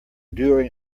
doing